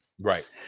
Right